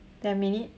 ten minute